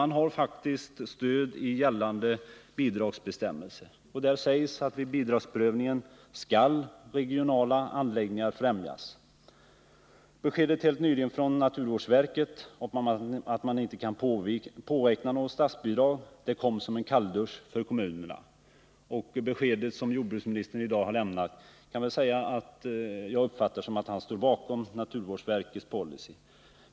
Man har faktiskt stöd i gällande bidragsbestämmelser, där det sägs att vid bidragsprövningen skall regionala anläggningar främjas. Beskedet helt nyligen från naturvårdsverket om att man inte kan påräkna något statsbidrag kom som en kalldusch för kommunerna. Det besked som jordbruksministern lämnat i dag uppfattar jag som att han står bakom naturvårdsverkets policy.